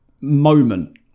moment